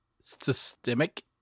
systemic